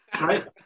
Right